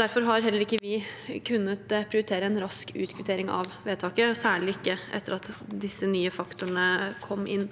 Derfor har heller ikke vi kunnet prioritere en rask utkvittering av vedtaket, og særlig ikke etter at disse nye faktorene kom inn.